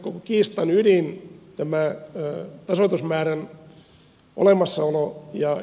koko kiistan ydin on tämä tasoitusmäärän olemassaolo